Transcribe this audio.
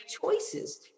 choices